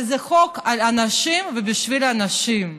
אבל זה חוק על אנשים ובשביל אנשים.